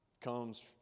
comes